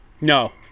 No